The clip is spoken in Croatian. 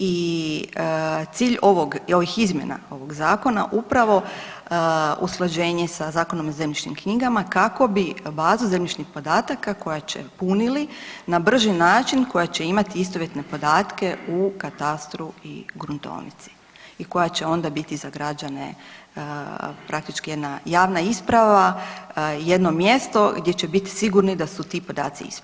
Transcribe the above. I cilj ovog i ovih izmjena ovog zakona upravo usklađenje sa zakonom i zemljišnim knjigama kako bi baza zemljišnih podataka koja će punili na brži način koja će imati istovjetne podatke u katastru i gruntovnici i koja će onda biti za građane praktički jedna javna isprava, jedno mjesto gdje će biti sigurni da su ti podaci ispravni.